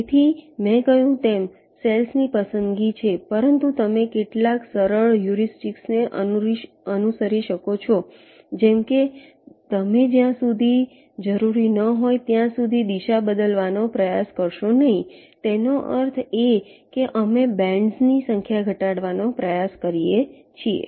તેથી મેં કહ્યું તેમ સેલ્સ ની પસંદગી છે પરંતુ તમે કેટલાક સરળ હ્યુરિસ્ટિક્સને અનુસરી શકો છો જેમ કે તમે જ્યાં સુધી જરૂરી ન હોય ત્યાં સુધી દિશા બદલવાનો પ્રયાસ કરશો નહીં તેનો અર્થ એ કે અમે બેન્ડ્સની સંખ્યા ઘટાડવાનો પ્રયાસ કરીએ છીએ